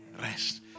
rest